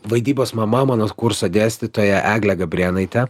vaidybos mama mano kurso dėstytoja eglė gabrėnaitė